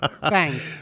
Thanks